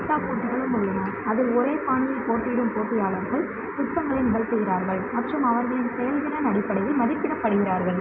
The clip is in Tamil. கட்டா போட்டிகளும் உள்ளன அதில் ஒரே பாணியில் போட்டியிடும் போட்டியாளர்கள் நுட்பங்களை நிகழ்த்துகிறார்கள் மற்றும் அவர்களின் செயல்திறன் அடிப்படையில் மதிப்பிடப்படுகிறார்கள்